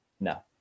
No